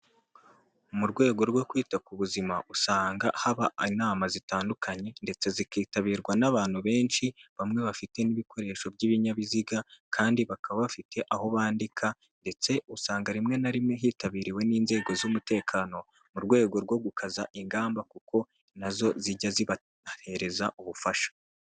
Mu rwego rwo kwita ku buzima, usanga haba inama zitandukanye ndetse zikitabirwa n'abantu benshi, bamwe bafite n'ibikoresho by'ibinyabiziga kandi bakaba bafite aho bandika ndetse usanga rimwe na rimwe hitabiriwe n'inzego z'umutekano, mu rwego rwo gukaza ingamba, kuko nazo zijya zibahereza ubufasha.